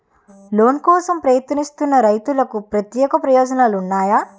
Loan కోసం ప్రయత్నిస్తున్న రైతులకు ప్రత్యేక ప్రయోజనాలు ఉన్నాయా?